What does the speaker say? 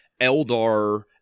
Eldar